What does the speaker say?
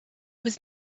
was